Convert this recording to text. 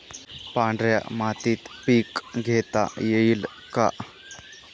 पांढऱ्या मातीत पीक घेता येईल का?